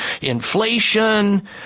inflation